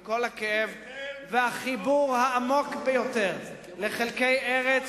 עם כל הכאב והחיבור העמוק ביותר לחלקי ארץ